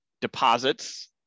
deposits